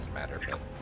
matter